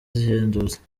zihendutse